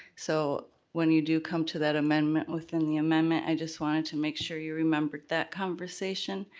so when you do come to that amendment within the amendment, i just wanted to make sure you remembered that conversation,